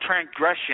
transgression